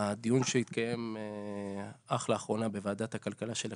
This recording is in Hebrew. הדיון שהתקיים לאחרונה בוועדת הכלכלה של הכנסת,